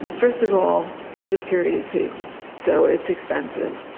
first of all it's a period piece, so it's expensive.